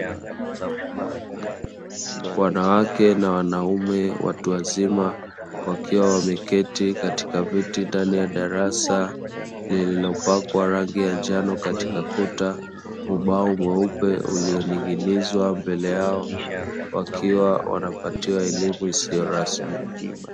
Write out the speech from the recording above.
Wanawake na wanaume watu wazima, wakiwa wameketi katika viti ndani ya darasa, lililopakwa rangi ya njano katika kuta, ubao mweupe ulioning’inizwa mbele yao, wakiwa wanapatiwa elimu isiyo rasmi.